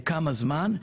לכמה זמן,